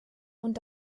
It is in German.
und